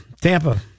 Tampa